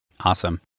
Awesome